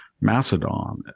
Macedon